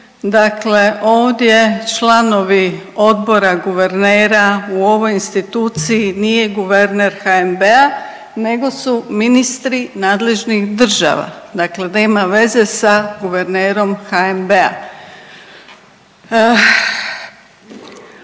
dakle ovdje članovi odbora guvernera u ovoj institucije nije guverner HNB-a nego su ministri nadležnih država, dakle nema veze s guvernerom HNB-a.